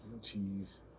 Cheese